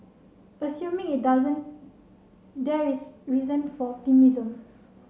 assuming it doesn't there is reason for